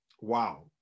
Wow